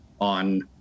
on